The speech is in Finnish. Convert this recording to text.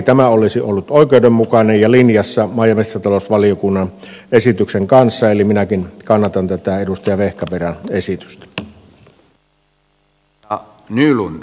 tämä olisi ollut oikeudenmukainen ja linjassa maa ja metsätalousvaliokunnan esityksen kanssa eli minäkin kannatan tätä edustaja vehkaperän esitystä